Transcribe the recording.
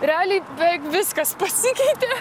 realiai beveik viskas pasikeitė